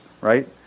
right